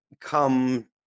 come